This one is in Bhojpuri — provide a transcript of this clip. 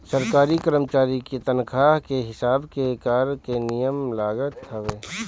सरकारी करमचारी के तनखा के हिसाब के कर के नियम लागत हवे